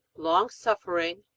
long-suffering,